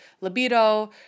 libido